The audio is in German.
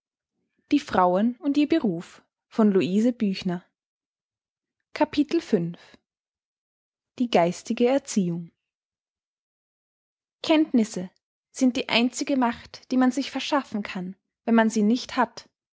die geistige erziehung kenntnisse sind die einzige macht die man sich verschaffen kann wenn man sie nicht hat